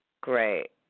Great